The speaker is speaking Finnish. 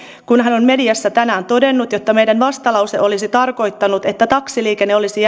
kun hän on mediassa tänään todennut että meidän vastalauseemme olisi tarkoittanut että taksiliikenne olisi